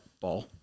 ball